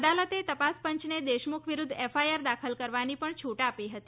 અદાલતે તપાસ પંચને દેશમુખ વિરૂધ્ધ એફઆરઆઇ દાખલ કરવાની પણ છૂટ આપી હતી